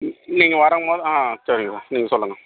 நீ நீங்கள் வரும்போது ஆ சரிங்க சார் நீங்கள் சொல்லுங்கள்